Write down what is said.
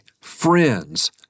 friends